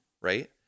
right